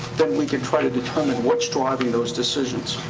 then we can try to determine what's driving those decisions.